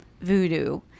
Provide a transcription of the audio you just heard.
voodoo